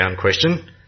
question